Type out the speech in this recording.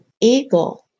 eagle